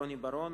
רוני בר-און,